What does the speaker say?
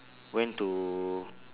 went to